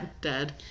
dead